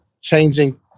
changing